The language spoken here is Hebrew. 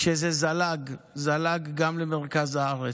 כשזה זלג גם למרכז הארץ.